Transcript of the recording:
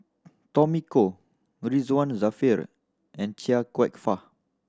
Tommy Koh Ridzwan Dzafir and Chia Kwek Fah